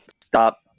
stop